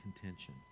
contention